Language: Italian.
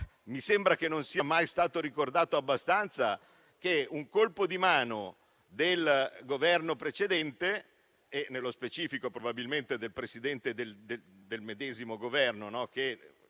mi sembra che non sia mai stato ricordato abbastanza il colpo di mano del Governo precedente, nello specifico probabilmente del Presidente del medesimo Governo, che